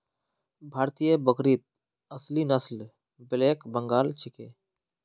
भारतीय बकरीत असली नस्ल ब्लैक बंगाल छिके